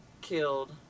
killed